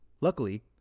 Luckily